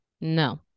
No